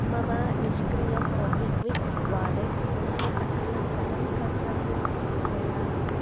मम निष्क्रियं MobiKwik wallet पुनः सक्रियं कथं कर्तव्यमिति कथय